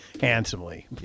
handsomely